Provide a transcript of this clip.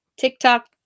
TikTok